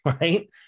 right